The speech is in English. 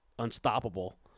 Unstoppable